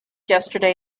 yesterday